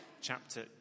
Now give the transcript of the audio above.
chapter